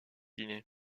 guinée